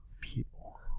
people